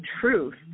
truth